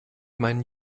meinen